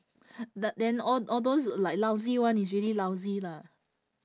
the then all all those like lousy [one] is really lousy lah